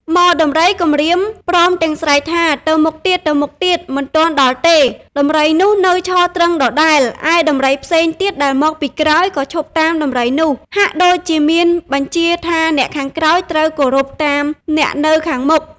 ហ្មដំរីគំរាមព្រមទាំងស្រែកថា ទៅមុខទៀតៗ! មិនទាន់ដល់ទេ! ដំរីនោះនៅឈរទ្រឹងដដែល ឯដំរីផ្សេងទៀតដែលមក ពីក្រោយក៏ឈប់តាមដំរីនោះ ហាក់ដូចជាមានបញ្ជាថាអ្នកខាងក្រោយត្រូវ គោរពតាមអ្នកនៅខាងមុខ ។